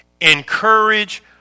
encourage